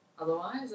otherwise